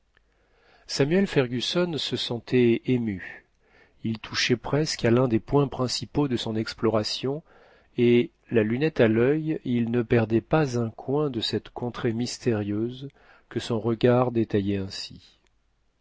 samuel fergusson se sentait ému il touchait presque à lun des points principaux de son exploration et la lunette à l'il il ne perdait pas un coin de cette contrée mystérieuse que son regard détaillait ainsi